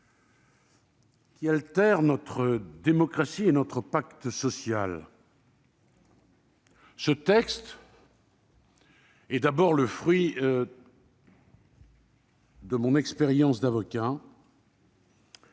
qui altère notre démocratie et notre pacte social. Ce texte est d'abord le fruit de mon expérience d'avocat,